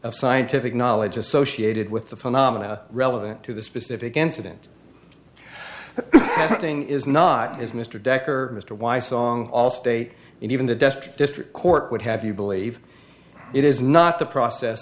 of scientific knowledge associated with the phenomena relevant to the specific incident happening is not is mr decker mr weiss ong all state and even the dest district court would have you believe it is not the process